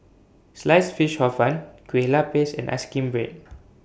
Sliced Fish Hor Fun Kueh Lupis and Ice Cream Bread